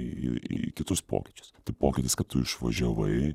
į į į kitus pokyčius tai pokytis kad tu išvažiavai